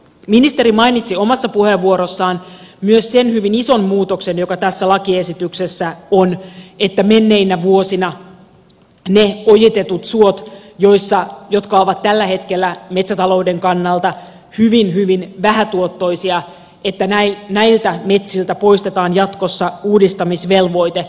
ministeri mainitsi omassa puheenvuorossaan myös sen hyvin ison muutoksen joka tässä lakiesityksessä on että niiltä menneinä vuosina ojitetuilta soilta jotka ovat tällä hetkellä metsätalouden kannalta hyvin hyvin vähätuottoisia poistetaan jatkossa uudistamisvelvoite